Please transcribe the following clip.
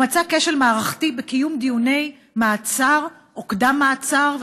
הוא מצא כשל מערכתי בקיום דיוני מעצר או קדם-מעצר,